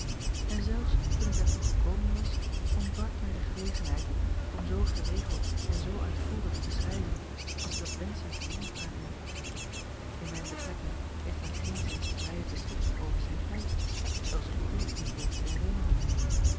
en zelfs toen ik daartoe gekomen was ontbrak mij de gelegenheid om zoo geregeld en zoo uitvoerig te schrijven als ik dat wenschte te doen aan u in mijne betrekking heeft men geenszins de vrije beschikking over zijn tijd zooals ik u niet behoef te herinneren